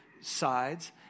sides